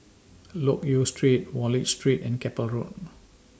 Loke Yew Street Wallich Street and Keppel Road